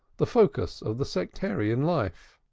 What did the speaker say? the focus of the sectarian life.